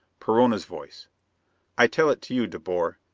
perona's voice i tell it to you. de boer.